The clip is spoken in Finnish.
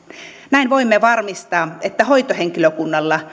näin voimme varmistaa että hoitohenkilökunnalla